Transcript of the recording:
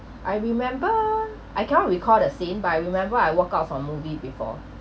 I remember I cannot recall the scene but I remember I woke up from movie before